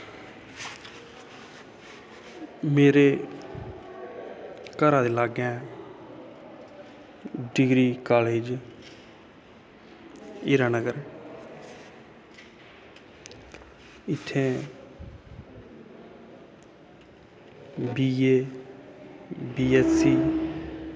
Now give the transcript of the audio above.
मेरे घरै दै लाग्गै डिग्री कालेज हीरानगर इत्थें बीए बी ऐस सी